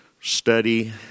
study